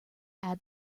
add